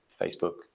Facebook